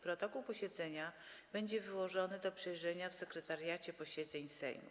Protokół posiedzenia będzie wyłożony do przejrzenia w Sekretariacie Posiedzeń Sejmu.